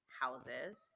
houses